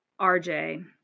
RJ